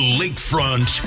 lakefront